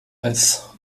als